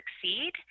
succeed